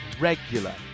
regular